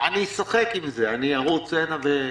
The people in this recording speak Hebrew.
אני אשחק עם זה, אני ארוץ לכאן ולכאן.